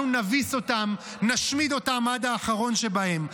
אנחנו נביס אותם, נשמיד אותם עד האחרון שבהם.